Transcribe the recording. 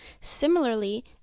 Similarly